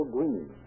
Green